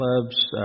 clubs